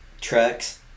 trucks